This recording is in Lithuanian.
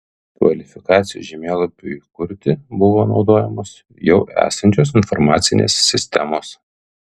kvalifikacijos žemėlapiui kurti buvo naudojamos jau esančios informacinės sistemos